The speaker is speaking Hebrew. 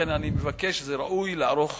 לכן אני מבקש, ראוי לערוך